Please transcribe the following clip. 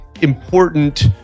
important